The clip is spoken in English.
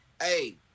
Hey